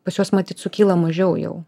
pas juos matyt sukyla mažiau jau